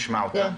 נשמע אותה.